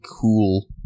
cool